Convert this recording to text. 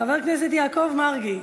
חבר הכנסת יעקב מרגי.